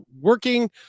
working